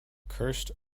cursed